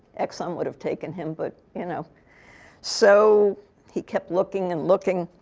exxon would have taken him, but you know so he kept looking and looking,